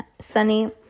Sunny